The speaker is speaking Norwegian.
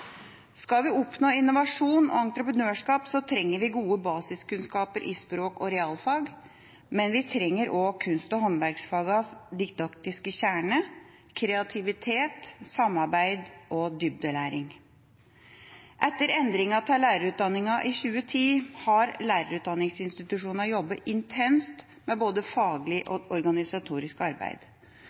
Skal vi oppnå innovasjon og entreprenørskap, trenger vi gode basiskunnskaper i språk og realfag, men vi trenger også kunst- og håndverksfagenes didaktiske kjerne: kreativitet, samarbeid og dybdelæring. Etter endringa av lærerutdanninga i 2010 har lærerutdanningsinstitusjonene jobbet intenst med både faglig og organisatorisk arbeid.